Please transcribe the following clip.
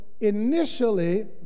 initially